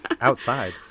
Outside